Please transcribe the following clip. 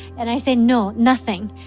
and i say, no, nothing.